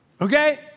okay